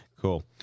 Cool